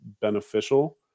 beneficial